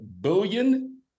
billion